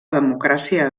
democràcia